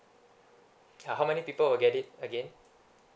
how many people will get it again